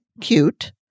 cute